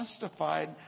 justified